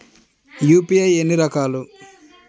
UPI ఎన్ని రకాలు?